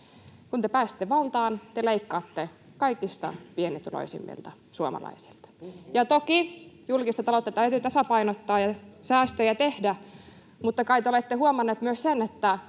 Kun te pääsette valtaan, te leikkaatte kaikista pienituloisimmilta suomalaisilta. Toki julkista taloutta täytyy tasapainottaa ja säästöjä tehdä, mutta kai te olette huomanneet myös sen, että